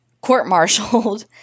court-martialed